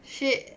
shit